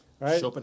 right